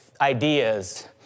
ideas